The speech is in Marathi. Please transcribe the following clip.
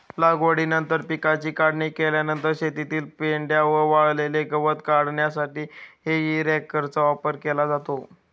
लागवडीनंतर पिकाची काढणी केल्यानंतर शेतातील पेंढा व वाळलेले गवत काढण्यासाठी हेई रॅकचा वापर केला जातो